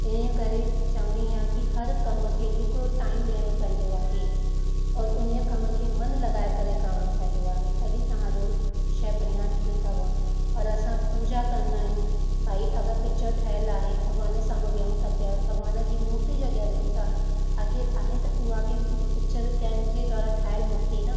ईअं करे चङी आहे की हर कम खे हिकिड़ो टाइम ॾियणो पवंदो आहे और उन ई कम खे मनु लॻाए करे करिणो पवंदो आहे तॾहिं तव्हांजो शइ बढ़िया ठहंदी अथव और असां पूॼा कंदा आहियूं भई अगरि पिचर ठहियलु आहे भॻवान जे साम्हूं वेहूं था पिया भॻवान जी मूर्ती जे अॻियां वेहूं था पिया आख़िरि आहे त उहा बि मूं पिचर कंहिंजी द्वारा ठहियलु मूर्ती न